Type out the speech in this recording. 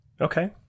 Okay